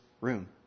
room